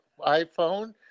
iPhone